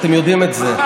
אתם יודעים את זה.